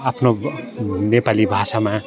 आफ्नो नेपाली भाषामा